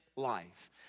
life